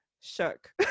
shook